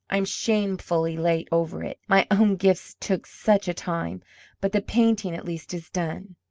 i'm shamefully late over it, my own gifts took such a time but the painting, at least, is done.